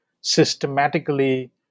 systematically